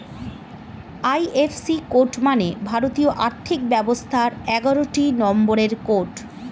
IFC code মানে ভারতীয় আর্থিক ব্যবস্থার এগারোটি নম্বরের কোড